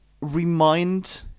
remind